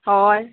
हॉय